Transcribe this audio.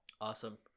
Awesome